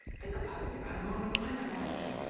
think about it. you got to go to the climate march!